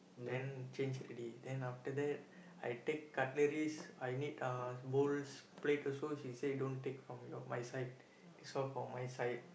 then change already then after that I take cutleries I need uh bowls plate also she said don't take from your my side this one for my side